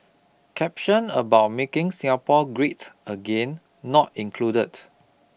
caption about making Singapore great again not included